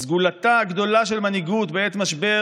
סגולתה הגדולה של מנהיגות בעת משבר